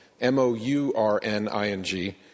M-O-U-R-N-I-N-G